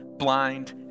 Blind